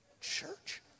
church